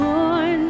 Born